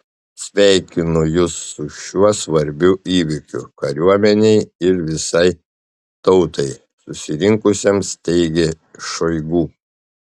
sveikinu jus su šiuo svarbiu įvykiu kariuomenei ir visai tautai susirinkusiems teigė šoigu